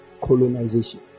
colonization